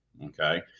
Okay